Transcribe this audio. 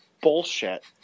bullshit